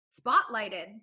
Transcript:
spotlighted